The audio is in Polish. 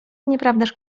nieprawdaż